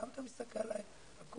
למה אתה מסתכל עלי עקום,